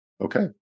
Okay